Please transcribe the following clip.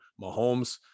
Mahomes